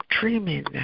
dreaming